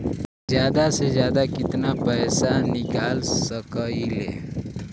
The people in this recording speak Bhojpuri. जादा से जादा कितना पैसा निकाल सकईले?